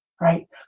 right